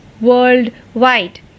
worldwide